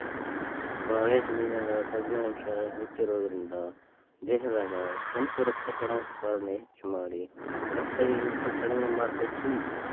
ಬಾಳೆಹಣ್ಣಿನ್ಯಾಗ ಕಬ್ಬಿಣ ಅಂಶ ಹೆಚ್ಚಿರೋದ್ರಿಂದ, ದೇಹದಾಗ ಕೆಂಪು ರಕ್ತಕಣ ಉತ್ಪಾದನೆ ಹೆಚ್ಚಮಾಡಿ, ರಕ್ತಹೇನತೆ ಕಡಿಮಿ ಮಾಡ್ತೆತಿ